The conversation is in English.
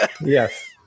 Yes